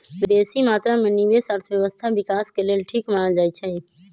बेशी मत्रा में निवेश अर्थव्यवस्था विकास के लेल ठीक मानल जाइ छइ